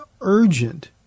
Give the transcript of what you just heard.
urgent